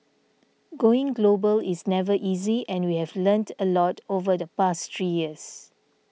going global is never easy and we have learned a lot over the past three years